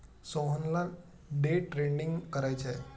सोहनला day trading करायचे आहे